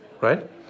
right